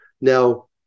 Now